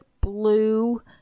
blue